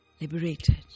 liberated